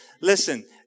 Listen